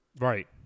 Right